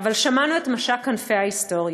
ושמענו את משק כנפי ההיסטוריה.